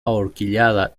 ahorquillada